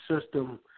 system